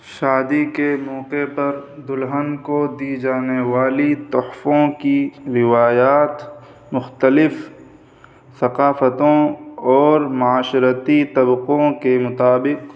شادی کے موقع پر دلہن کو دی جانے والی تحفوں کی روایات مختلف ثقافتوں اور معاشرتی طبقوں کے مطابق